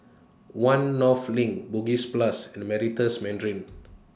one North LINK Bugis Plus and The Meritus Mandarin